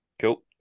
Cool